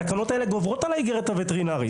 התקנות האלה גוברות על האיגרת הווטרינרית.